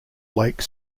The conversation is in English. lake